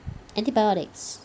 antibiotics